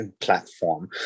platform